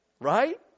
Right